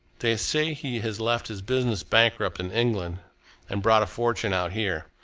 they say he has left his business bankrupt in england and brought a fortune out here.